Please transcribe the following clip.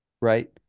Right